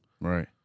Right